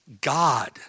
God